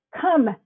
come